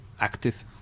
active